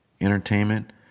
entertainment